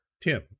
tim